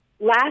last